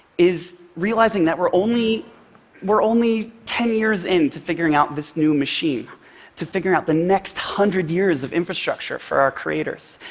is realizing that we're only we're only ten years into figuring out this new machine to figuring out the next one hundred years of infrastructure for our creators.